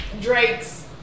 drake's